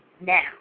now